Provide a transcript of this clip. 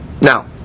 Now